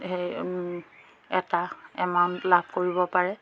সেই এটা এমাউণ্ট লাভ কৰিব পাৰে